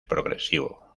progresivo